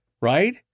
Right